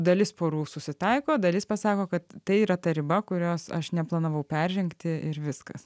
dalis porų susitaiko dalis pasako kad tai yra ta riba kurios aš neplanavau peržengti ir viskas